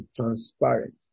transparent